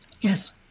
yes